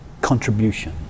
contribution